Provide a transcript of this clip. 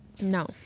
No